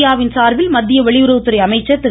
இந்தியாவின் சார்பில் மத்திய வெளியுறவுத்துறை அமைச்சர் திரு